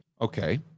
Okay